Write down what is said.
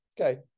Okay